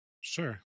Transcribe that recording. Sure